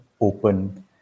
open